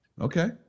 Okay